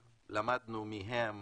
נסענו לנורבגיה, למדנו מהם,